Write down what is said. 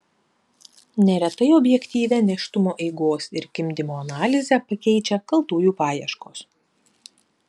neretai objektyvią nėštumo eigos ir gimdymo analizę pakeičia kaltųjų paieškos